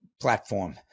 platform